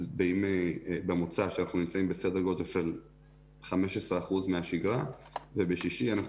אז במוצ"ש אנחנו נמצאים בסדר גודל של 15% מהשגרה ובשישי אנחנו